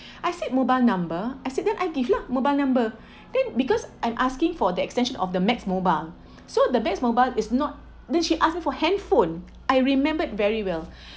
I said mobile number I said then I give lah mobile number then because I'm asking for the extension of the max mobile so the max mobile is not then she ask me for handphone I remembered very well